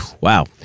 Wow